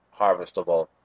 harvestable